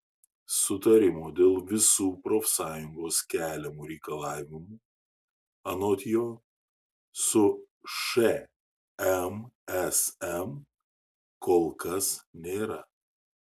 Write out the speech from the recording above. sutarimo dėl visų profsąjungos keliamų reikalavimų anot jo su šmsm kol kas nėra